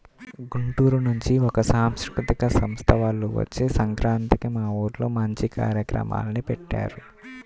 గుంటూరు నుంచి ఒక సాంస్కృతిక సంస్థ వాల్లు వచ్చి సంక్రాంతికి మా ఊర్లో మంచి కార్యక్రమాల్ని పెట్టారు